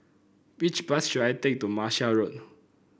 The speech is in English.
which bus should I take to Martia Road